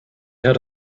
had